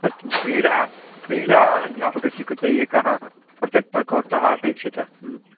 सत्यं क्रीडा क्रीडाध्यापकस्य कृते एकः प्रत्यक् प्रकोष्ठः अपेक्षितः